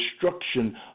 destruction